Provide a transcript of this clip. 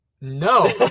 no